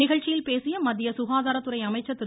நிகழ்ச்சியில் பேசிய மத்திய சுகாதாரத்துறை அமைச்சர் திரு